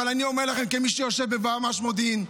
אבל אני אומר לכם כמי שיושב בוועמ"ש מודיעין,